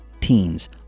teens